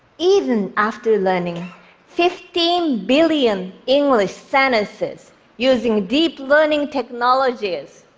even after learning fifteen billion english sentences using deep learning technologies.